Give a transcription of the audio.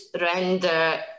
render